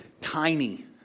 tiny